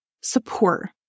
support